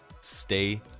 stay